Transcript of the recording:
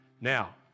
now